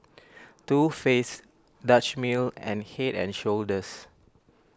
Too Faced Dutch Mill and Head and Shoulders